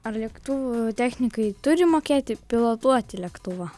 ar lėktuvų technikai turi mokėti pilotuoti lėktuvą